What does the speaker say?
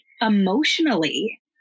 emotionally